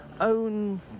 own